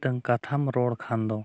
ᱢᱤᱫᱴᱟᱱ ᱠᱟᱛᱷᱟᱢ ᱨᱚᱲ ᱠᱷᱟᱱ ᱫᱚ